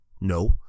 No